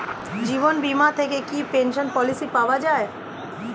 জীবন বীমা থেকে কি পেনশন পলিসি পাওয়া যায়?